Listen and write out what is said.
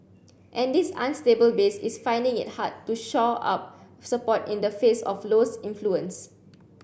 and this unstable base is finding it hard to shore up support in the face of Low's influence